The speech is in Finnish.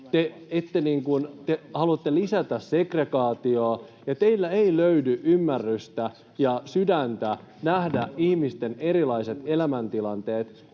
Te haluatte lisätä segregaatiota. Teiltä ei löydy ymmärrystä ja sydäntä nähdä ihmisten erilaiset elämäntilanteet